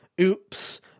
Oops